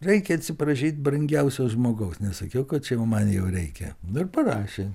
reikia atsiprašyt brangiausio žmogaus nes sakiau kad čia jau man jau reikia nu ir parašė